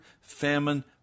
famine